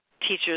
teachers